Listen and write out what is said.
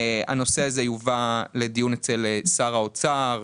הנושא הזה יובא לדיון אצל שר האוצר.